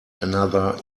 another